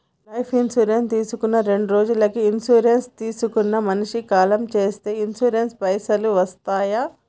Life insurance తీసుకున్న రెండ్రోజులకి insurance తీసుకున్న మనిషి కాలం చేస్తే ఇన్సూరెన్స్ పైసల్ వస్తయా?